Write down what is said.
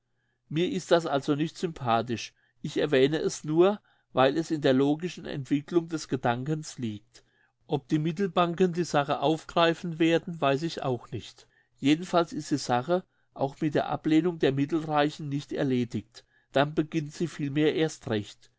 mir ist das also nicht sympathisch ich erwähne es nur weil es in der logischen entwicklung des gedankens liegt ob die mittelbanken die sache aufgreifen werden weiss ich auch nicht jedenfalls ist die sache auch mit der ablehnung der mittelreichen nicht erledigt dann beginnt sie vielmehr erst recht